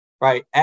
right